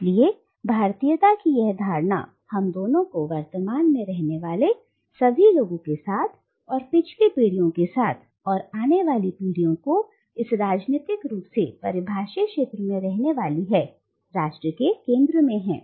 इसलिए भारतीयता की यह धारणा हम दोनों को वर्तमान में रहने वाले सभी लोगों के साथ और पिछली पीढ़ियों के साथ और आने वाली पीढ़ियों को जो इस राजनीतिक रूप से परिभाषित क्षेत्र में रहने वाली है राष्ट्र के विचार के केंद्र में हैं